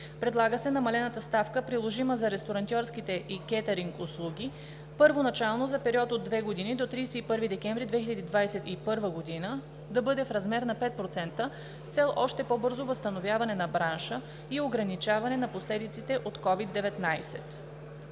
Предлага се намалената ставка, приложима за ресторантьорските и кетъринг услуги, първоначално за период от 2 години – до 31 декември 2021 г. – да бъде в размер на 5% с цел още по-бързо възстановяване на бранша и ограничаване на последиците от COVID-19.